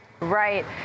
Right